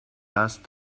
last